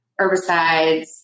herbicides